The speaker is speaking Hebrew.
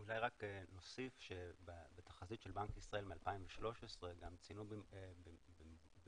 אני אוסיף שבתחזית של בנק ישראל מ-2013 ציינו במדויק